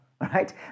right